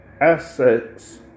assets